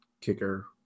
kicker